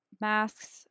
masks